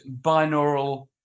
binaural